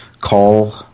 call